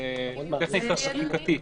זו טכניקה חקיקתית.